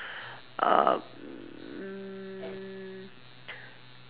um